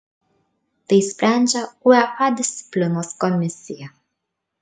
tai sprendžia uefa disciplinos komisija